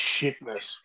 shitness